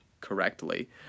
Correctly